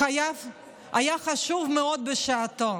היה חשוב מאוד בשעתו,